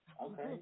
Okay